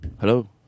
Hello